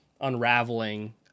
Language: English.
unraveling